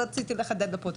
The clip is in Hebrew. רציתי לחדד לפרוטוקול.